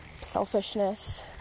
Selfishness